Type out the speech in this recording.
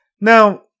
now